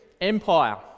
Empire